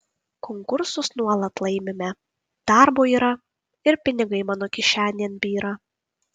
konkursus nuolat laimime darbo yra ir pinigai mano kišenėn byra